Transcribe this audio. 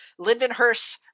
Lindenhurst